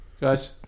guys